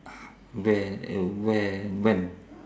where and where when